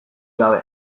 gabe